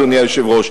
אדוני היושב-ראש,